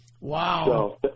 Wow